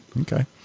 okay